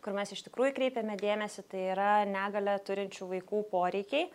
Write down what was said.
kur mes iš tikrųjų kreipiame dėmesį tai yra negalią turinčių vaikų poreikiai